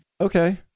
Okay